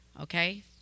Okay